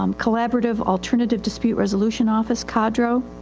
um collaborative alternative dispute resolution office, cadro.